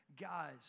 guys